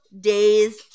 days